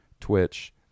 Twitch